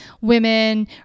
women